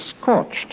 scorched